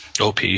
Op